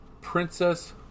princess